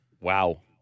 Wow